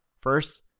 First